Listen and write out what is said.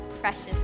precious